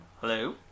Hello